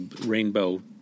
Rainbow